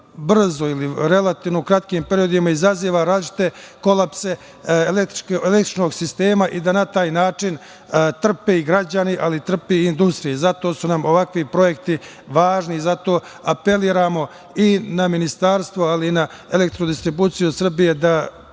brzo ili relativno u kratkim periodima izaziva različite kolapse električnog sistema i da na taj način trpe građani, ali trpe i industrije. Zato su nam ovakvi projekti važni, zato apelujemo na ministarstvo, ali i na Elektrodistribuciju Srbije da